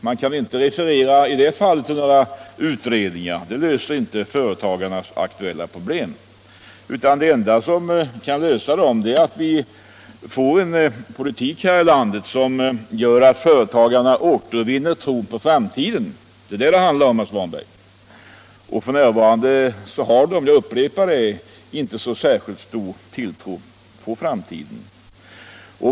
Man kan inte heller i det fallet referera till några utredningar. Det löser inte företagarnas aktuella problem. Det enda som kan lösa dem är att vi får en politik i vårt land, som gör att företagarna återvinner tron på framtiden. Det är vad det handlar om, herr Svanberg. F.n. har de inte — jag upprepar det — särskilt stor tilltro till framtiden.